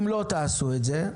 אם לא תעשו את זה,